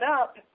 up